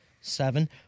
seven